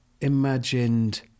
imagined